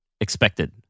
expected